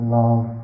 love